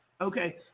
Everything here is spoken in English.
Okay